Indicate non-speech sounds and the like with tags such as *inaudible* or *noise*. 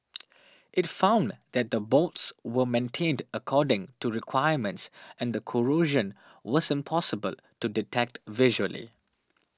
*noise* it found that the bolts were maintained according to requirements and the corrosion was impossible to detect visually